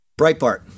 Breitbart